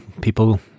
People